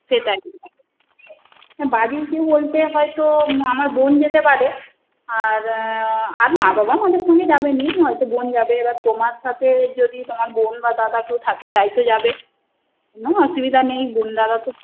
সেটাই বাড়ির কেউ বলতে হয়তো আমার বোন যেতে পারে আর আর মা বাবা আমাদের সঙ্গে যাবেনা হয়তো বোন যাবে বা তোমার সাথে যদি তোমার বোন বা দাদা কেউ থাকে যায় তো যাবে কোনো অসুবিধা নেই বোন দাদা তো